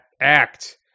Act